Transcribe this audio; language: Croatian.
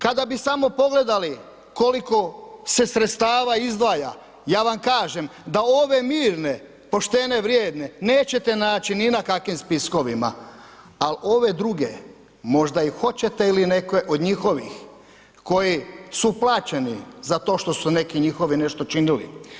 Kada bih samo pogledali koliko se sredstava izdvaja, ja vam kažem da ove mirne, poštene, vrijedne nećete naći ni na kakvim spiskovima, al' ove druge možda i hoćete ili neke od njihovih koji su plaćeni za to što su neki njihovi nešto činili.